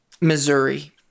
Missouri